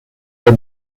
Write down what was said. der